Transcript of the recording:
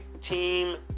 team